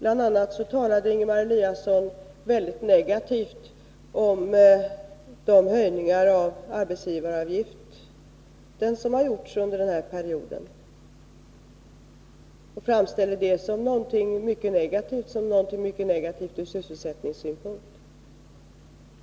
a. talade Ingemar Eliasson väldigt negativt om de höjningar av arbetsgivaravgiften som har gjorts under den här perioden. Han framställde det som något mycket negativt ur sysselsättningssynpunkt.